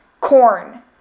corn